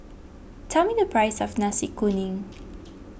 tell me the price of Nasi Kuning